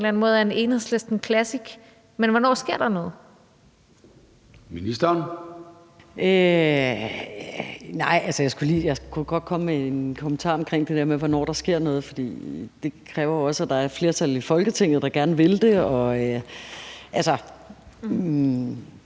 Hvornår sker der noget?